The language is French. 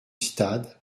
stade